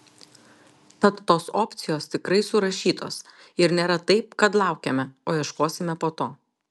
tad tos opcijos tikrai surašytos ir nėra taip kad laukiame o ieškosime po to